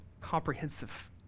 comprehensive